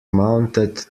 mounted